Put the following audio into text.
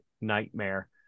nightmare